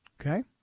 Okay